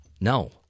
no